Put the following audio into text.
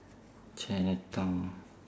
chinatown